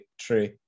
true